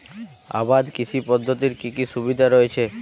আবাদ কৃষি পদ্ধতির কি কি সুবিধা রয়েছে?